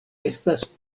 estas